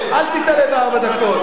אל תיתלה בארבע דקות.